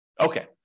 okay